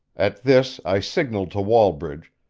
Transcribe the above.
at this i signaled to wallbridge,